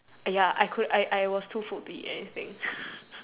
eh ya I could I I was too full be anything